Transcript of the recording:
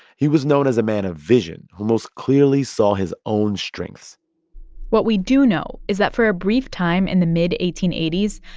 he was known as a man of vision who most clearly saw his own strengths what we do know is that for a brief time in the mid eighteen eighty s,